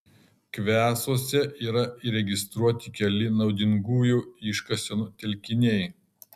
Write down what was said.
kvesuose yra įregistruoti keli naudingųjų iškasenų telkiniai